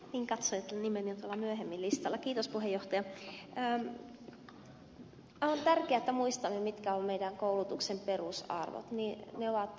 itäiset nimet ja myöhemmin listalla on tärkeää että muistamme mitkä ovat meidän koulutuksemme perusarvot